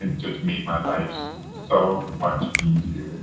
and just made my life so so much easier.